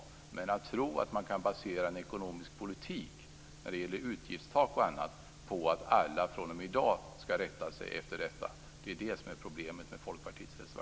Men problemet med Folkpartiets reservation är att man tror att man kan basera en ekonomisk politik när det gäller utgiftstak och annat på att alla fr.o.m. i dag skall rätta sig efter denna.